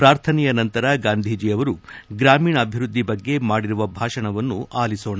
ಪ್ರಾರ್ಥನೆ ನಂತರ ಗಾಂಧೀಜಿ ಅವರು ಗ್ರಾಮೀಣಾಭಿವೃದ್ಧಿ ಬಗ್ಗೆ ಮಾಡಿರುವ ಭಾಷಣವನ್ನು ಆಲಿಸೋಣ